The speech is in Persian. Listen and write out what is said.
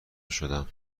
شدم